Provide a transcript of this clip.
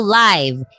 live